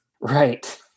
right